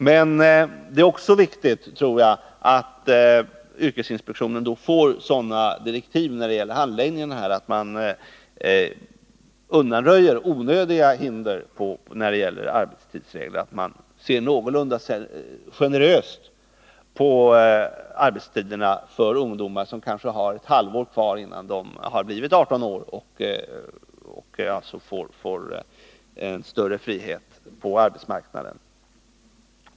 Men det är också viktigt, tror jag, att yrkesinspektionen då får sådana direktiv när det gäller handläggningarna att man undanröjer onödiga hinder i fråga om arbetstidsreglerna, att man ser någorlunda generöst på arbetstiderna för ungdomar som kanske har ett halvår kvar tills de blir 18 år och får större frihet på arbetsmarknaden.